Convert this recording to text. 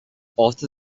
after